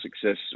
success